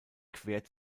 quert